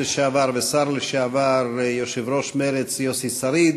לשעבר והשר לשעבר יושב-ראש מרצ יוסי שריד,